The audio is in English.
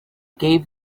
gave